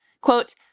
Quote